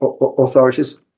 authorities